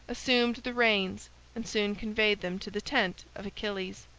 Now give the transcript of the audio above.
assumed the reins and soon conveyed them to the tent of achilles.